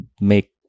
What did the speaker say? make